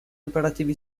operativi